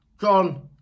John